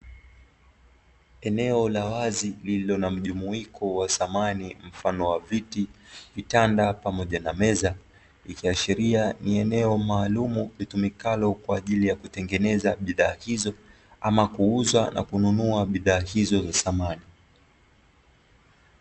Eneo la wazi lililo na mjumuiko wa samani mfano wa viti, vitanda pamoja na meza, vikiashiria ni eneo maalumu litumikalo kwa ajili ya kutengeneza bidhaa hizo ama kuuza na kununua bidhaa hizo za samani.